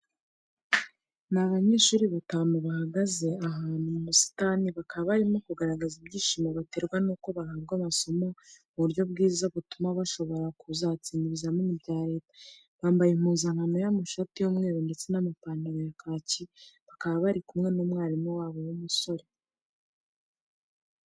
Ni abanyeshuri batanu bahagaze ahantu mu busitani bakaba barimo kugaragaza ibyishimo baterwa n'uko bahabwa amasomo mu buryo bwiza butuma bashobora kuzatsinda ibizamini bya leta, bambaye impuzankano y'amashati y'umweru ndetse n'amapantaro ya kaki, bakaba bari kumwe n'umwarimu wabo w'umusore.